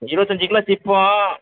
இருபத்தஞ்சி கிலோ சிப்பம்